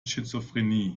schizophrenie